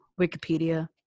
Wikipedia